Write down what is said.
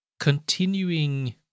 continuing